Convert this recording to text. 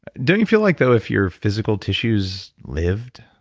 don't you feel like though, if your physical tissues lived